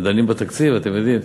דנים בתקציב, אתם יודעים.